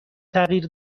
تغییر